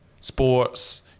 sports